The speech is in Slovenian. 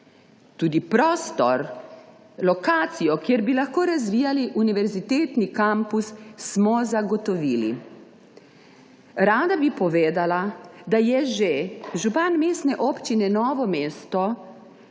Tudi prostor, lokacijo, kjer bi lahko razvijali univerzitetni kampus, smo zagotovili. Rada bi povedala, da je že župan Mestne občine Novo mesto